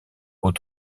aux